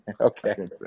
Okay